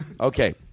Okay